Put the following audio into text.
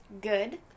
good